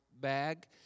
bag